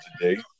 today